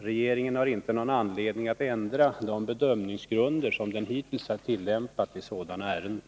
Regeringen har inte någon anledning att ändra de bedömningsgrunder som den hittills har tillämpat i sådana ärenden.